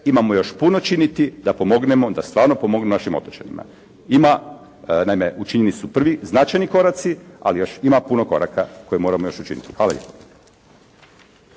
imamo još puno činiti da pomognemo, da stvarno pomognemo našim otočanima. Ima, naime učinjeni su prvi značajni koraci ali još ima puno koraka koje moramo još učiniti. Hvala lijepo.